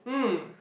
mm